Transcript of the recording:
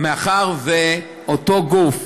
מאחר שאותו גוף,